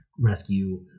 rescue